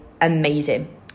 amazing